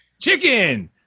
Chicken